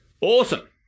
Awesome